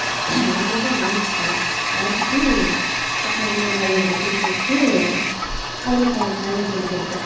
நான் மட்டும் அரிஞ்சிட்டேன் அரிஞ்சிட்டு தக்காளி வெங்காயம் இது எல்லாத்தையும் போட்டுட்டு அதில் கா காயை அப்படி அள்ளி கொட்டிட்டேன்